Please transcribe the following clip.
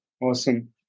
Awesome